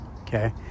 okay